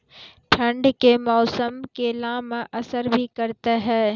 ठंड के मौसम केला मैं असर भी करते हैं?